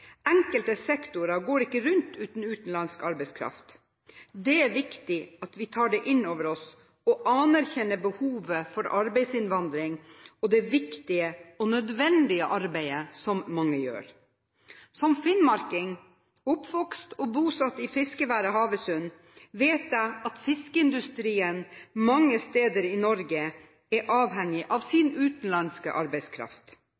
Enkelte sektorer går ikke rundt uten utenlandsk arbeidskraft. Det er viktig at vi tar inn over oss og anerkjenner behovet for arbeidsinnvandring og det viktige og nødvendige arbeidet som mange gjør. Som finnmarking, oppvokst og bosatt i fiskeværet Havøysund, vet jeg at fiskeindustrien mange steder i Norge er avhengig av